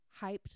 hyped